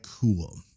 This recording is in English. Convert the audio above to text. cool